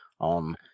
on